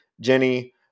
Jenny